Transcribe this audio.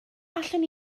allwn